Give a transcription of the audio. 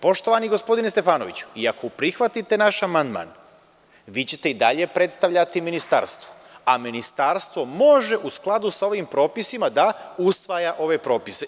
Poštovani gospodine Stefanoviću, i ako prihvatite naš amandman, vi ćete i dalje predstavljati ministarstvo, a ministarstvo može u skladu sa ovim propisima da usvaja ove propise.